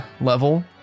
level